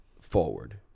forward